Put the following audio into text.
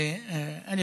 א.